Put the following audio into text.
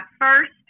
first